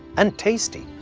and tasty.